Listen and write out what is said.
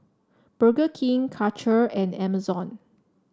Burger King Karcher and Amazon